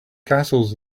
castles